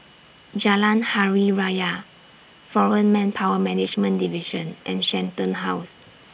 Jalan Hari Raya Foreign Manpower Management Division and Shenton House